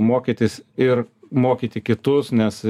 mokytis ir mokyti kitus nes